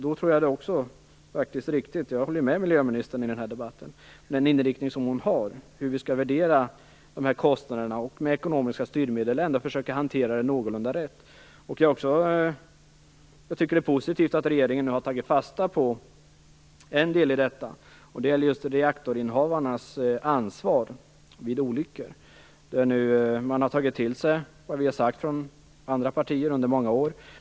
Därför håller jag med miljöministern i den här debatten och tycker att hennes inriktning är riktig när det gäller hur vi skall värdera dessa kostnader och med ekonomiska styrmedel ändå försöka hantera det någorlunda rätt. Det är också positivt att regeringen nu har tagit fasta på reaktorinnehavarnas ansvar vid olyckor. Regeringen har tagit till sig det som vi i andra partier har sagt under många år.